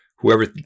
Whoever